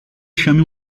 chame